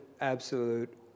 absolute